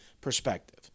perspective